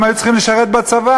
כי הן היו צריכות לשרת בצבא.